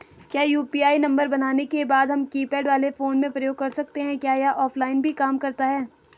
क्या UPI number बनाने के बाद हम कीपैड वाले फोन में प्रयोग कर सकते हैं क्या यह ऑफ़लाइन भी काम करता है?